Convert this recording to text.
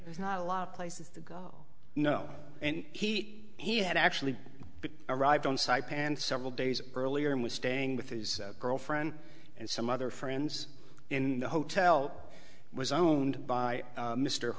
there's not a lot of places to go no and he he had actually arrived on site panned several days earlier and was staying with his girlfriend and some other friends in the hotel was owned by